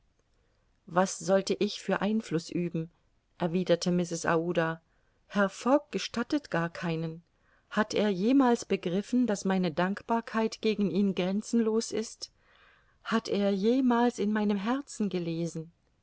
was sollte ich für einfluß üben erwiderte mrs aouda herr fogg gestattet gar keinen hat er jemals begriffen daß meine dankbarkeit gegen ihn grenzenlos ist hat er jemals in meinem herzen gelesen